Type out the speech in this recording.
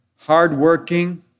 hardworking